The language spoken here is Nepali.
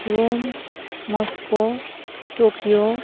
Rome Moscow Tokyo